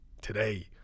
today